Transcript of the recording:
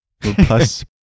Plus